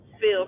feel